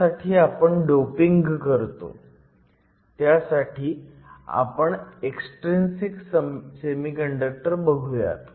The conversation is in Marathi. त्यासाठी आपण डोपिंग करतो आणि त्यासाठी आपण एक्सट्रीनसिक सेमीकंडक्टर बघुयात